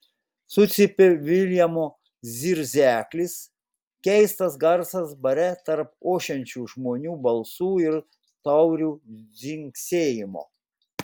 sucypė viljamo zirzeklis keistas garsas bare tarp ošiančių žmonių balsų ir taurių dzingsėjimo